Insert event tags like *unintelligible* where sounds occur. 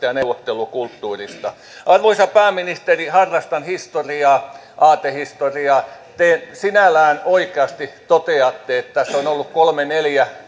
*unintelligible* ja neuvottelukulttuurista arvoisa pääministeri harrastan historiaa aatehistoriaa te sinällään oikeasti toteatte että tässä on ollut kolme neljä *unintelligible*